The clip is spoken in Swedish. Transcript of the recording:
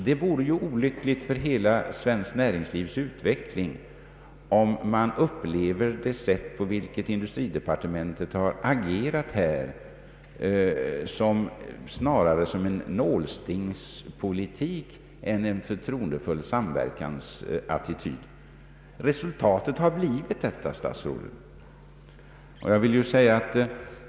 Det vore olyckligt för hela det svenska näringslivets utveckling om man upplever det sätt på vilket industridepartementet agerar här snarare som en nålstingspolitik än som en förtroendefull samverkansattityd. Resultatet har blivit detta, herr statsråd.